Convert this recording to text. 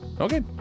Okay